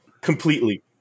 Completely